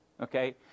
Okay